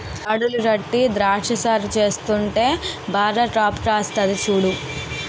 దడులు గట్టీ ద్రాక్ష సాగు చేస్తుంటే బాగా కాపుకాస్తంది సూడు